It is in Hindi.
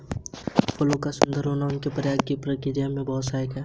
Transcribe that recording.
फूलों का सुंदर होना उनके परागण की क्रिया में बहुत सहायक होता है